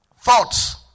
Thoughts